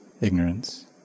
ignorance